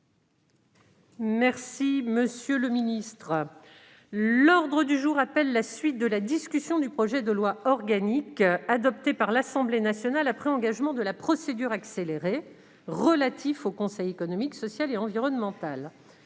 suspension de séance. L'ordre du jour appelle la suite de la discussion du projet de loi organique, adopté par l'Assemblée nationale après engagement de la procédure accélérée, relatif au Conseil économique, social et environnemental